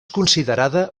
considerada